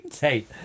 Hey